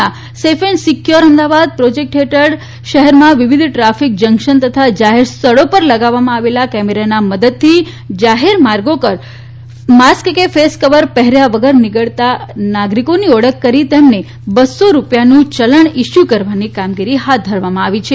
ના safe and secure Ahmedabad project હેઠળ અમદાવાદ શહેરમાં વિવિધ ટ્રાફીક જંકશન તથા જાહેર સ્થળો પર લગાવવામાં આવેલ કેમેરાની મદદથી જાહેર માર્ગો પર માસ્ક કે ફેસ કવર પહેર્યા વગર નીકળતા નાગરીકોની ઓળખ કરી તેમને બસ્સો રુપિયાનું ચલન ઇસ્યુ કરવાની કામગીરી હાથ ધરવામાં આવેલ છે